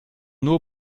nur